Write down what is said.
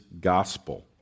gospel